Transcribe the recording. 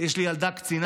יש לי ילדה קצינה,